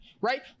right